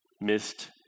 missed